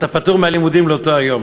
אתה פטור מהלימודים לאותו היום.